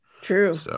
True